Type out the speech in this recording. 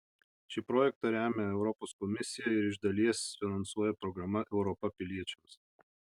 šį projektą remia europos komisija ir iš dalies finansuoja programa europa piliečiams